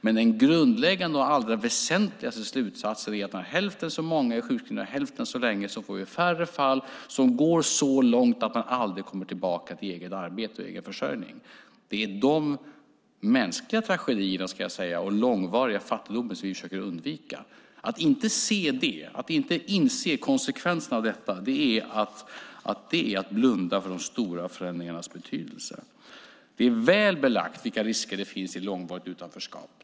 Men den grundläggande och allra väsentligaste slutsatsen är att när hälften så många är sjukskrivna hälften så länge får vi färre fall som går så långt att dessa människor aldrig kommer tillbaka till eget arbete och egen försörjning. Det är dessa mänskliga tragedier och denna långvariga fattigdom som vi försöker undvika. Att inte se det och att inte inse konsekvenserna av detta är att blunda för de stora förändringarnas betydelse. Det är väl belagt vilka risker det finns i långvarigt utanförskap.